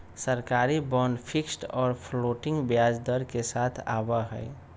सरकारी bond fixed और floating ब्याज दर के साथ आवा हई